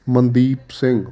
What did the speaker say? Mandeep Singh